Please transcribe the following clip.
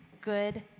good